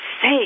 say